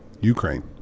Ukraine